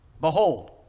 Behold